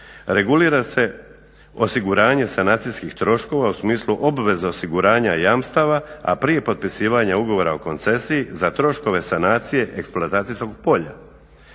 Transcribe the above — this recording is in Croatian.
regulira se osiguranje sanacijskih troškova u smislu obveze osiguranja jamstava, a prije potpisivanja ugovora o koncesiji za troškove sanacije eksploatacijskog polja;